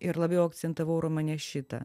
ir labiau akcentavau romane šitą